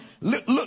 look